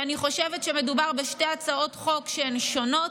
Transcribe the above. אף על פי שאני חושבת שמדובר בשתי הצעות חוק שונות.